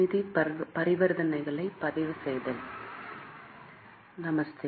நமஸ்தே